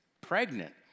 pregnant